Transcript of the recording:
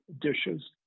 dishes